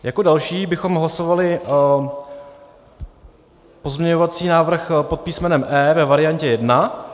Jako další bychom hlasovali pozměňovací návrh pod písmenem E ve variantě 1,